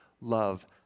love